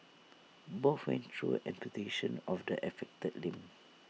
both went through amputation of the affected limb